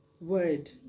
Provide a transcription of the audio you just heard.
word